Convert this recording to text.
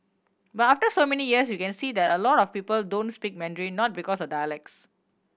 but after so many years you can see that a lot of people don't speak Mandarin not because of dialects